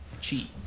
cheat